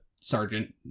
sergeant